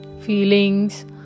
feelings